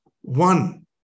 one